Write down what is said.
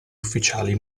ufficiali